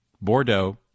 Bordeaux